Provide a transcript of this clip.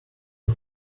too